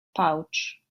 pouch